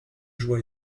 joie